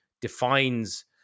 defines